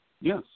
Yes